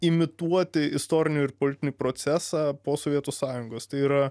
imituoti istorinį ir politinį procesą po sovietų sąjungos tai yra